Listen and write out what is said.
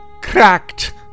Cracked